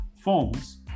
forms